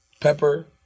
pepper